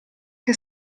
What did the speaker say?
che